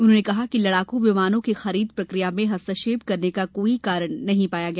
उन्होंने कहा कि लड़ाकू विमानों की खरीद प्रक्रिया में हस्तक्षेप करने का कोई कारण नहीं पाया गया